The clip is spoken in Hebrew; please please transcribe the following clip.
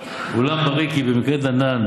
אולם ברי כי במקרה דנן,